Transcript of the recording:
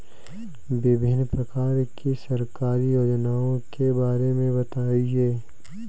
विभिन्न प्रकार की सरकारी योजनाओं के बारे में बताइए?